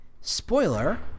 Spoiler